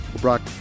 Brock